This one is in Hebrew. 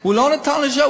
הוא לא נתן את זה.